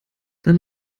dann